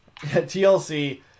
TLC